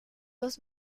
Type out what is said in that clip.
dos